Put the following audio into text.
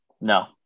No